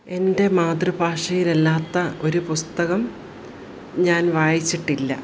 എൻ്റെ മാതൃഭാഷയിലല്ലാത്ത ഒരു പുസ്തകം ഞാൻ വായിച്ചിട്ടില്ല